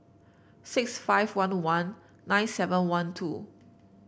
six five one one nine seven one two